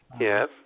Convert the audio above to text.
Yes